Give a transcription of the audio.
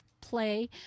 play